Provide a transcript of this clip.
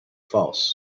false